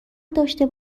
داشته